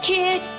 Kid